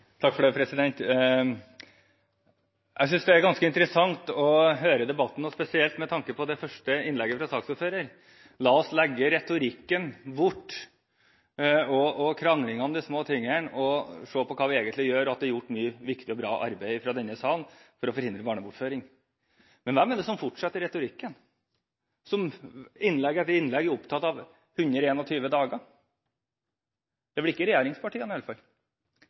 ganske interessant å høre debatten, spesielt med tanke på det første innlegget fra saksordføreren. La oss legge bort retorikken og kranglingen om de små tingene og se på hva vi egentlig gjør, og at det er gjort mye viktig og bra arbeid fra denne salen for å forhindre barnebortføring. Men hvem er det som fortsetter retorikken, som i innlegg etter innlegg er opptatt av 121 dager? Det er i hvert fall ikke regjeringspartiene.